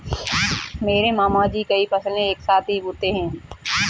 मेरे मामा जी कई फसलें एक साथ ही बोते है